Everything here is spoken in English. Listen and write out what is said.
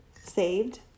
saved